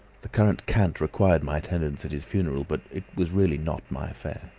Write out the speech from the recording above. the current cant required my attendance at his funeral, but it was really not my affair.